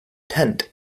tent